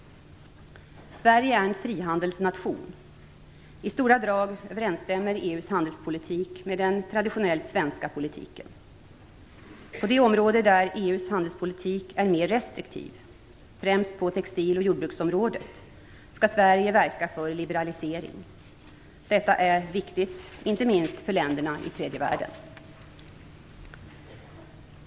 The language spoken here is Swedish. Sverige är en frihandelsnation. I stora drag överensstämmer EU:s handelspolitik med den traditionellt svenska politiken. På de områden där EU:s handelspolitik är mer restriktiv, främst på textil och jordbruksområdet, skall Sverige verka för liberalisering. Detta är viktigt inte minst för länderna i tredje världen.